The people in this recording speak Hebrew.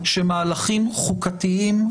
שמהלכים חוקתיים,